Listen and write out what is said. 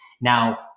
Now